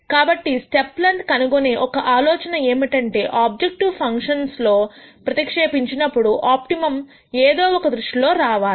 కాబట్టి step length కనుగొనే ఒక ఆలోచన ఏమిటంటేఆబ్జెక్టివ్ ఫంక్షన్ లో ప్రతిక్షేపించినప్పుడు ఆప్టిమమ్ ఏదో ఒక దృష్టిలో లో రావాలి